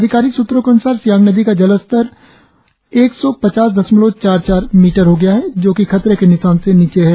अधिकारिक स्त्रों के अन्सार सियांग नदी का जलस्तर को एक सौ पचास दशमलव चार चार मीटर है जो कि खतरे के निशान से नीचे है